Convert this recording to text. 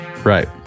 right